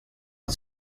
att